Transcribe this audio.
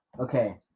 Okay